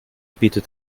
bietet